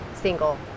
single